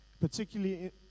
particularly